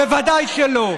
בוודאי שלא.